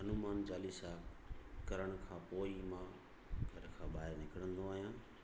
हनुमान चालीसा करण खां पोइ ई मां घर खां ॿाहिरि निकिरंदो आहियां